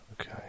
Okay